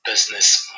Business